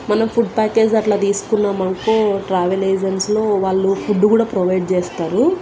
మనం food package అట్లా తీసుకున్నామనుకో ట్రావెల్ ఏజెన్స్లో వాళ్ళు ఫుడ్ కూడా ప్రొవైడ్ చేస్తారు